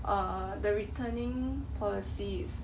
uh the returning policies is